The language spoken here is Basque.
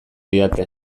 didate